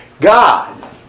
God